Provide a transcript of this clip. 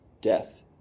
death